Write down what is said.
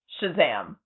Shazam